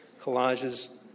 collages